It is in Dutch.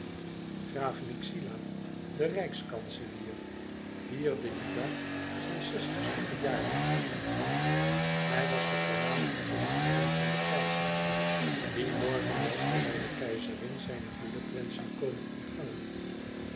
graaf myxila de rijkskanselier vierde dien dag zijn zestigsten verjaardag hij was de voornaamste gunsteling van den keizer dien morgen was hij bij de keizerin zijne gelukwenschen komen ontvangen